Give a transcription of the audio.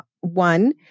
one